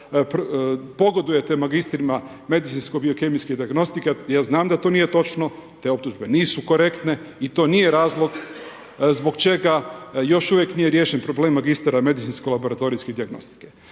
pogodujete magistrima medicinsko-biokemijske dijagnostike, ja znam da to nije točno, te optužbe nisu korektne i to nije razlog zbog čega još uvijek nije riješen problem magistara medicinsko-laboratorijske dijagnostike.